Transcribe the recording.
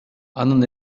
анын